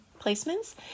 placements